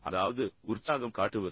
அதாவது உற்சாகம் காட்டுவது